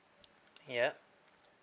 ya